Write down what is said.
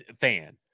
fan